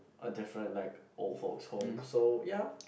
a different like old folks home so ya